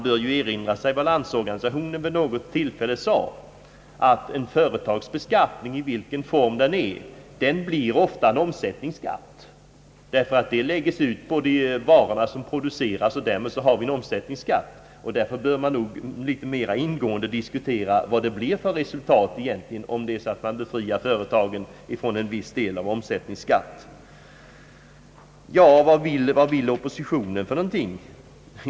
den ekonomiska politiken, m.m. vad Landsorganisationen vid något tillfälle sagt: en företagsbeskattning blir, vilken form den än får, ofta en omsättningsskatt därför att kostnaden läggs ut på de varor som produceras — därmed har vi en omsättningsskatt. Därför bör man nog litet mera ingående diskutera vad som egentligen blir resultatet om man befriar företagen från en viss del av omsättningsskatten. Vad vill oppositionen? frågade statsrådet.